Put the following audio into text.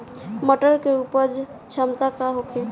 मटर के उपज क्षमता का होखे?